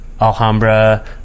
Alhambra